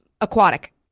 aquatic